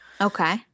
Okay